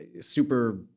super